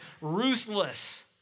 ruthless